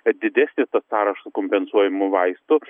didesnis tas sąrašas kompensuojamų vaistų